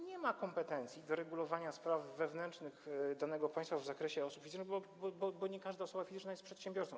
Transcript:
nie ma kompetencji do regulowania spraw wewnętrznych danego państwa w zakresie osób fizycznych, bo nie każda osoba fizyczna jest przedsiębiorcą.